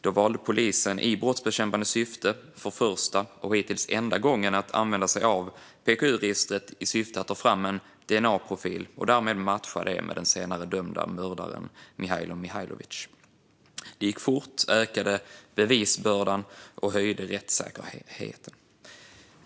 Då valde polisen, i brottsbekämpande syfte, för första och hittills enda gången att använda sig av PKU-registret i syfte att ta fram en dna-profil och därmed matcha det med den senare dömda mördaren Mijailo Mijailovic. Det gick fort, ökade bevisbördan och höjde rättssäkerheten.